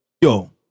yo